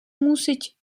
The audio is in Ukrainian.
мусить